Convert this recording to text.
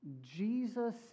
Jesus